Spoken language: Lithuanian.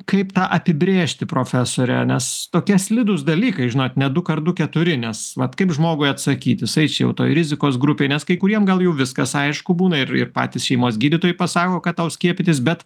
kaip tą apibrėžti profesore nes tokie slidūs dalykai žinot ne du kart du keturi nes vat kaip žmogui atsakyt jisai čia jau toj rizikos grupėj nes kai kuriem gal jau viskas aišku būna ir ir patys šeimos gydytojai pasako kad tau skiepytis bet